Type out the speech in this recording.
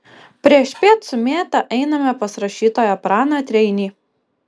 priešpiet su mėta einame pas rašytoją praną treinį